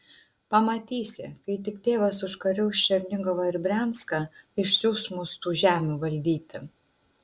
pamatysi kai tik tėvas užkariaus černigovą ir brianską išsiųs mus tų žemių valdyti